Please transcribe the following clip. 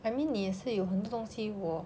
I mean 你也是有很多东西我